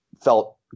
felt